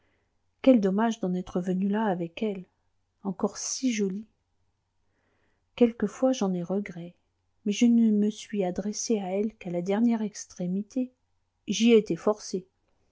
quel dommage d'en être venu là avec elle encore si jolie quelquefois j'en ai regret mais je ne me suis adressé à elle qu'à la dernière extrémité j'y ai été forcé